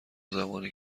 زمانی